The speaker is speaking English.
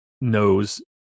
knows